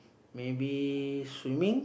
maybe swimming